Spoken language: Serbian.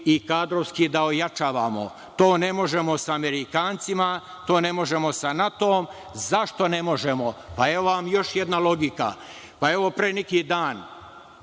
i kadrovski da ojačavamo. To ne možemo sa Amerikancima, to ne možemo sa NATO. Zašto ne možemo? Evo vam još jedan logika. Pa, evo, pre neki dan,